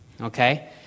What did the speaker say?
Okay